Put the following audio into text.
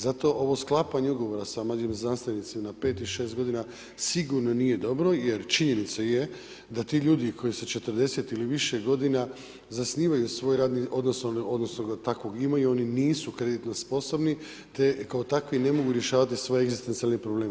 Zato ovo sklapanje ugovora sa mladim znanstvenicima na 5 i 6 godina sigurno nije dobro jer činjenica je da ti ljudi koji se 40 ili više godina zasnivaju svoj radni odnos, odnosno ga takvog imaju, oni nisu kreditno sposobni te kao takvi ne mogu rješavati svoje egzistencijalne probleme.